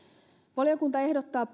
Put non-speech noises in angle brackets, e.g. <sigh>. valiokunta ehdottaa <unintelligible>